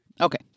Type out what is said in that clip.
Okay